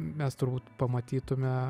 mes turbūt pamatytume